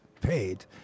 paid